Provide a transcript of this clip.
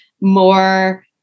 more